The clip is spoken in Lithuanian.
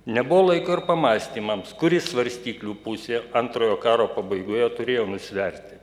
nebuvo laiko ir pamąstymams kuri svarstyklių pusė antrojo karo pabaigoje turėjo nusverti